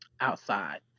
outside